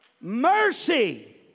Mercy